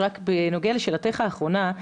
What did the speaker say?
בנוגע לשאלתך האחרונה,